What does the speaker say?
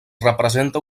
representa